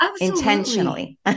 Intentionally